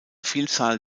vielzahl